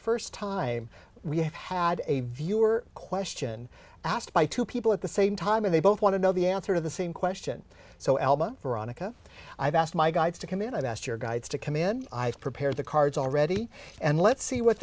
first time we have had a viewer question asked by two people at the same time and they both want to know the answer to the same question so alba veronica i have asked my guides to come in i've asked your guides to come in i've prepared the cards already and let's see what